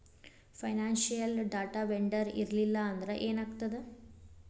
Financial data vendor ಇರ್ಲ್ಲಿಲ್ಲಾಂದ್ರ ಏನಾಗ್ತದ?